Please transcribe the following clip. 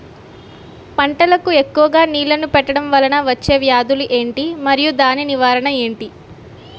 పంటలకు ఎక్కువుగా నీళ్లను పెట్టడం వలన వచ్చే వ్యాధులు ఏంటి? మరియు దాని నివారణ ఏంటి?